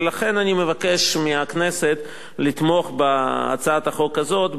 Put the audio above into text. ולכן אני מבקש מהכנסת לתמוך בהצעת החוק הזאת,